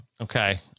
Okay